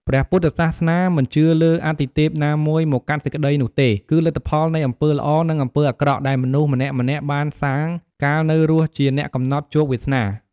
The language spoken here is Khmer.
ព្រះពុទ្ធសាសនាមិនជឿលើអាទិទេពណាមួយមកកាត់សេចក្ដីនោះទេ គឺលទ្ធផលនៃអំពើល្អ និងអំពើអាក្រក់ដែលបុគ្គលម្នាក់ៗបានសាងកាលនៅរស់ជាអ្នកកំណត់ជោគវាសនា។